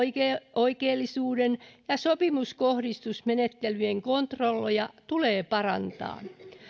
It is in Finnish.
oikeellisuuden ja sopimuskohdistusmenettelyn kontrolleja tulee parantaa